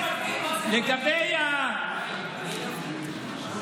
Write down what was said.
תתחיל בלשלב אותם בלימודים.